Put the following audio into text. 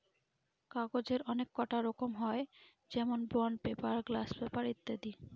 কাগজের অনেককটা রকম হয় যেমন বন্ড পেপার, গ্লাস পেপার ইত্যাদি